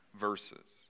verses